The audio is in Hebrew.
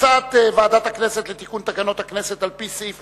הצעת ועדת הכנסת לתיקון תקנון הכנסת, על-פי סעיף